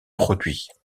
produits